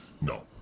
No